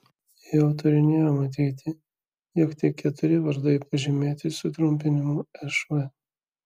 jau turinyje matyti jog tik keturi vardai pažymėti sutrumpinimu šv